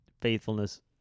faithfulness